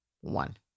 One